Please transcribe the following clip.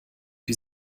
die